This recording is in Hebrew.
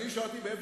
אני נשארתי באפס.